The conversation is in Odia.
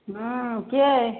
ହଁ କିଏ